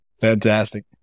Fantastic